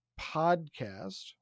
podcast